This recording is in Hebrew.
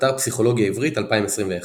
באתר פסיכולוגיה עברית, 2021